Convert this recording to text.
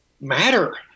matter